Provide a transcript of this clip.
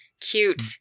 cute